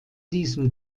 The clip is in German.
diesem